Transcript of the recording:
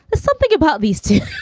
something about these two?